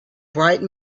bright